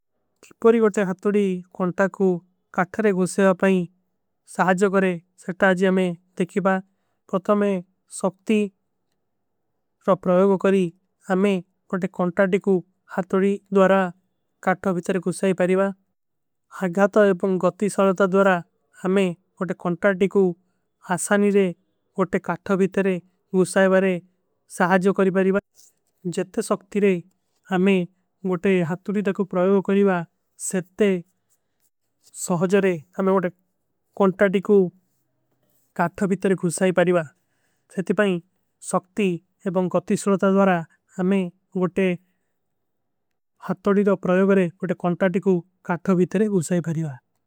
କିପରୀ ଗୋଟେ ହାଥୋଡୀ କୌନ୍ତା କୋ କାଥାରେ ଗୁଶେଵା ପାଇଁ। ସହାଜୋ କରେଂ ସେଟ ଆଜ ହମେଂ ଦେଖୀବା ପ୍ରତମେ ସକ୍ତି। ପ୍ରଯୋଗ କରୀ ହମେଂ ଗୋଟେ କୌନ୍ତା ଡିକୁ ହାଥୋଡୀ ଦ୍ଵାରା। କାଥା ଵିତରେ ଗୁଶାଈ ପାଈବା ଅଗ୍ଗାତା ଏବଂ ଗତୀ ସ୍ଵାଗତା। ଦ୍ଵାରା ହମେଂ ଗୋଟେ କୌନ୍ତା ଡିକୁ ହାସାନୀ ରେ ଗୋଟେ କାଥା। ଵିତରେ ଗୁଶାଈ ପାଈବା ସହାଜୋ କରୀ ପାଈବା।